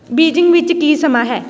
Beijing ਵਿੱਚ ਕੀ ਸਮਾਂ ਹੈ